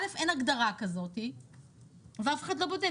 אין הגדרה כזאת ואף אחד לא בודק.